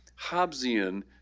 Hobbesian